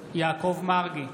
יעקב מרגי,